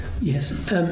Yes